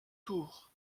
tours